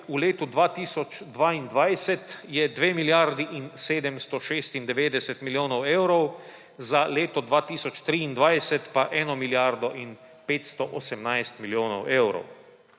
v letu 2022 je dve milijardi in 796 milijonov evrov, za leto 2023 pa eno milijardo in 518 milijonov evrov.